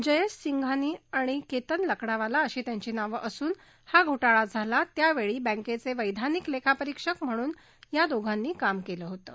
जयेश संघानी आणि केतन लकडावाला अशी त्यांची नावं असून हा घो ळा झाला त्यावेळी बँकेचे वैधानिक लेखापरीक्षक म्हणून या दोघांनी काम केलं होतं